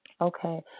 Okay